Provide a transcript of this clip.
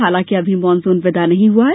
हालांकि अभी मानसून विदा नहीं हुआ है